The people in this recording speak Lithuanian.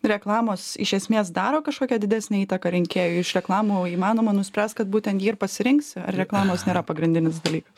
reklamos iš esmės daro kažkokią didesnę įtaką rinkėjui iš reklamų įmanoma nuspręst kad būtent jį ir pasirinksi reklamos nėra pagrindinis dalykas